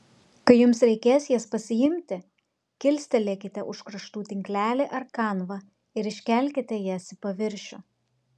kai jums reikės jas pasiimti kilstelėkite už kraštų tinklelį ar kanvą ir iškelkite jas į paviršių